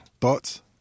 Thoughts